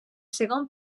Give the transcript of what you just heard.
segon